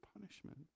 punishment